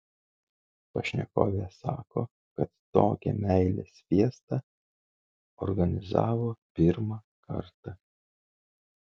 pašnekovė sako kad tokią meilės fiestą organizavo pirmą kartą